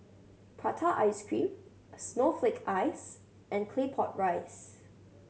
prata ice cream snowflake ice and Claypot Rice